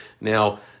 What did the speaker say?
Now